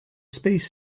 space